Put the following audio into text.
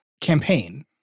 campaign